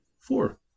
Four